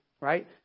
right